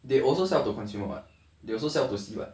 they also sell to consumer [what] they also sell to see [what]